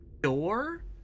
door